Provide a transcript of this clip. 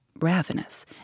Ravenous